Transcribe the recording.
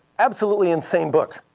absolutely insane book.